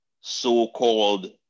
so-called